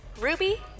Ruby